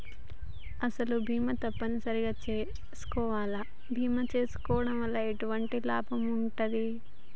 అసలు బీమా తప్పని సరి చేసుకోవాలా? బీమా చేసుకోవడం వల్ల ఎటువంటి లాభం ఉంటది?